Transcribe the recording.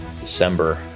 December